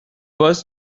boss